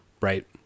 right